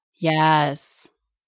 Yes